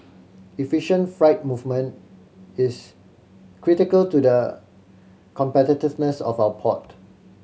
efficient freight movement is critical to the competitiveness of our port